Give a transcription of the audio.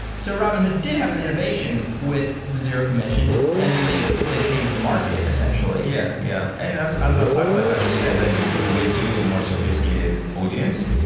so robinhood did have an innovation with the zero commission and then they they changed the market essentially yeah. yeah and as as alpaca, like i ah just said, like and because we deal with more sophisticated audience,